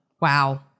Wow